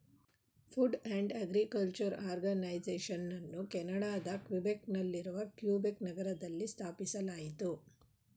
food and agriculture ಆರ್ಗನೈಸೇಷನನ್ನು ಕೆನಡಾದ Quebec ನಲ್ಲಿರುವ ಕ್ಯುಬೆಕ್ ನಗರದಲ್ಲಿ ಸ್ಥಾಪಿಸಲಾಯಿತು